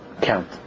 Count